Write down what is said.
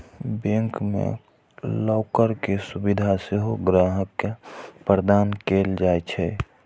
bank मे locker के सुविधा सेहो ग्राहक के प्रदान कैल जाइ छै